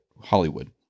Hollywood